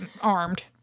armed